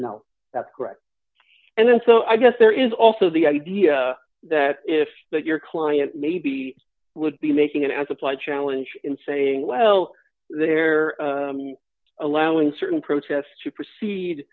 know that correct and then so i guess there is also the idea that if that your client maybe would be making as applied challenge in saying well they're allowing certain protests to proceed